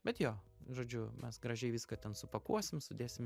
bet jo žodžiu mes gražiai viską ten supakuosim sudėsim